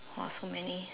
!wah! so many